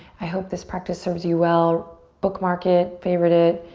i hope this practice serves you well. bookmark it, favorite it,